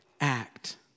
act